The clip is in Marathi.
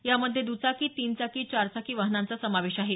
यामध्ये दुचाकी तीनचाकी चारचाकी वाहनांचा समावेश आहे